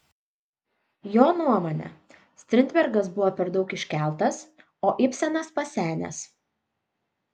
jo nuomone strindbergas buvo per daug iškeltas o ibsenas pasenęs